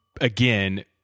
again